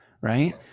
Right